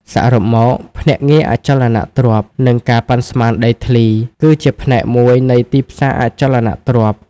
សរុបមក ភ្នាក់ងារអចលនទ្រព្យ និងការប៉ាន់ស្មានដីធ្លី គឺជាផ្នែកមួយនៃទីផ្សារអចលនទ្រព្យ។